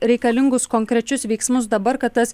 reikalingus konkrečius veiksmus dabar kad tas